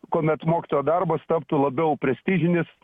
kuomet mokytojo darbas taptų labiau prestižinis